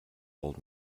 old